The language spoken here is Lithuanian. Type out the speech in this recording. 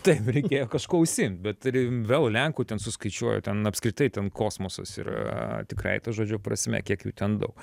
taip reikėjo kažkuo užsiimt bet turi vėl lenkų ten suskaičiuoju ten apskritai ten kosmosas yra tikrąja to žodžio prasme kiek jų ten daug